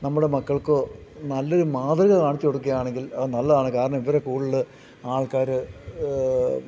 നമ്മുടെ മക്കൾക്കോ നല്ലൊരു മാതൃക കാണിച്ചു കൊടുക്കുക ആണെങ്കിൽ അത് നല്ലതാണ് കാരണം ഇവരെ കൂടുതൽ ആൾക്കാർ